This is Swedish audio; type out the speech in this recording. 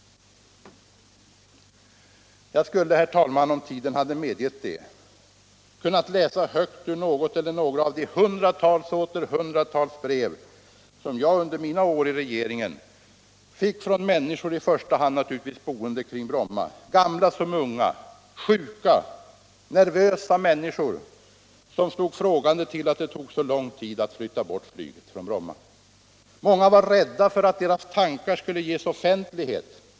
Jag skulle, herr talman, om tiden hade medgetu det ha kunnat läsa högt ur något eller några av de hundratals och åter hundratals brev som jag under mina år i regeringen fick från människor — i första hand naturligtvis boende kring Bromma —, gamla som unga, sjuka, nervösa människor som stod frågande inför att det tog så lång tid att flytta bort flyget från Bromma. Många var rädda för att deras tankar skulle ges offentlighet.